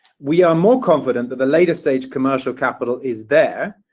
we are more confident that the later stage commercial capital is there,